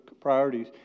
priorities